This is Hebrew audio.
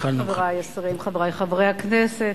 חברי השרים, חברי חברי הכנסת,